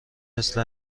مثل